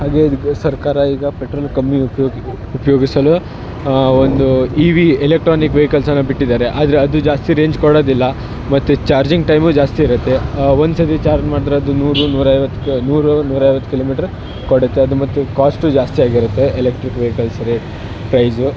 ಹಾಗೇ ಇದುಕ್ಕೆ ಸರ್ಕಾರ ಈಗ ಪೆಟ್ರೋಲ್ ಕಮ್ಮಿ ಉಪ್ಯೋಗ ಉಪಯೋಗಿಸಲು ಒಂದು ಈ ವಿ ಎಲೆಕ್ಟ್ರಾನಿಕ್ ವೆಹಿಕಲ್ಸ್ ಅನ್ನು ಬಿಟ್ಟಿದ್ದಾರೆ ಆದರೆ ಅದು ಜಾಸ್ತಿ ರೇಂಜ್ ಕೊಡೋದಿಲ್ಲ ಮತ್ತು ಚಾರ್ಜಿಂಗ್ ಟೈಮೂ ಜಾಸ್ತಿ ಇರುತ್ತೆ ಒಂದು ಸರ್ತಿ ಚಾರ್ಜ್ ಮಾಡಿದ್ರೆ ಅದು ನೂರು ನೂರೈವತ್ತು ನೂರು ನೂರೈವತ್ತು ಕಿಲೋಮೀಟ್ರು ಕೊಡುತ್ತೆ ಅದು ಮತ್ತು ಕಾಸ್ಟೂ ಜಾಸ್ತಿ ಆಗಿರುತ್ತೆ ಎಲೆಕ್ಟ್ರಿಕ್ ವೆಹಿಕಲ್ಸ್ ರೇಟ್ ಪ್ರೈಸೂ